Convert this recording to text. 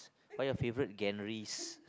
what your favourite Gantries